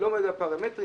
שלא עומדת בפרמטרים,